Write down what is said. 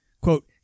Quote